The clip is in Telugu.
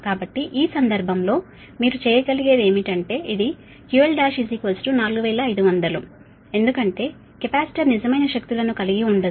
కాబట్టి ఈ సందర్భంలో మీరు చేయగలిగేది ఏమిటంటే ఇది QL14500 ఎందుకంటే కెపాసిటర్ నిజమైన శక్తులను కలిగి ఉండదు